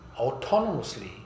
autonomously